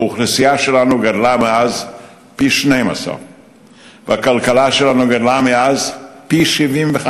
האוכלוסייה שלנו גדלה מאז פי-12 והכלכלה שלנו גדלה מאז פי-75.